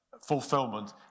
fulfillment